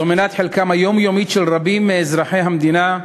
זו מנת חלקם היומיומית של רבים מאזרחי המדינה,